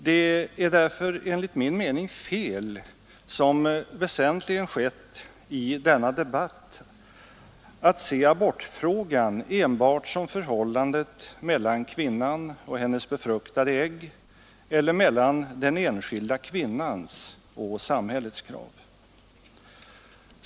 Det är därför enligt min mening fel att som väsentligen skett i denna debatt se abortfrågan enbart som förhållandet mellan kvinnan och hennes befruktade ägg eller mellan den enskilda kvinnan och samhällets krav.